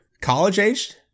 College-aged